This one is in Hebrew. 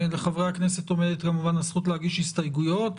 לחברי הכנסת עומדת כמובן הזכות להגיש הסתייגויות,